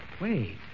Wait